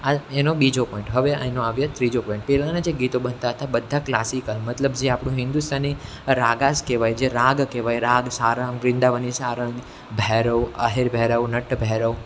આ એનો બીજો પોઈન્ટ હવે એનો આવ્યો ત્રીજો પોઈન્ટ પહેલાંના જે ગીતો બનતા હતા બધા ક્લાસિક મતલબ જે આપણું હિન્દુસ્તાની રાગાસ કહેવાય જે રાગ કહેવાય રાગ સારામ વૃન્દાવની સારન ભૈરવ આહીર ભૈરવ નટભૈરવ